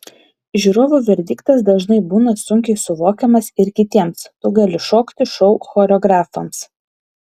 žiūrovų verdiktas dažnai būna sunkiai suvokiamas ir kitiems tu gali šokti šou choreografams